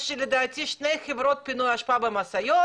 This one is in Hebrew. יש לדעתי שתי חברות פינוי אשפה במשאיות.